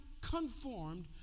conformed